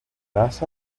vas